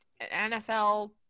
NFL